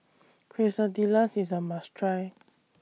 Quesadillas IS A must Try